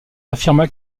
affirma